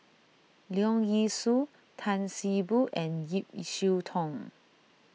Leong Yee Soo Tan See Boo and Ip Yiu Tung